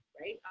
right